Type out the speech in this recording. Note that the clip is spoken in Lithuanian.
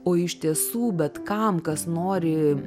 o iš tiesų bet kam kas nori